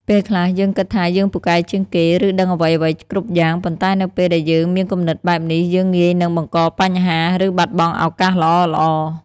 ពេលខ្លះ យើងគិតថាយើងពូកែជាងគេ ឬដឹងអ្វីៗគ្រប់យ៉ាង ប៉ុន្តែនៅពេលដែលយើងមានគំនិតបែបនេះ យើងងាយនឹងបង្កបញ្ហា ឬបាត់បង់ឱកាសល្អៗ។